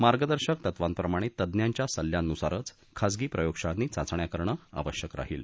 मार्गदर्शक तत्त्वांप्रमाणे तंज्ञाच्या सल्ल्यानुसारच खासगी प्रयोगशाळांनी चाचण्या करणं आवश्यक राहिल